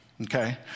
okay